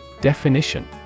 Definition